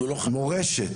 לו מורשת.